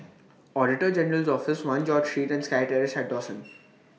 Auditor General's Office one George Street and Sky Terrace At Dawson